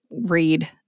read